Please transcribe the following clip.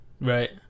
Right